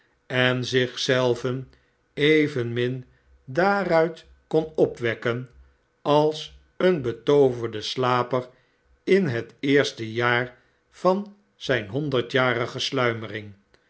en zich zelven evenmin daaruit kon opwekken als een betooverde slaper in het eerste jaar van zijne honderdjarige sluimering